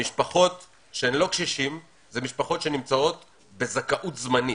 המשפחות שאינם קשישים נמצאות בזכאות זמנית,